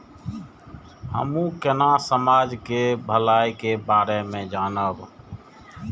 हमू केना समाज के भलाई के बारे में जानब?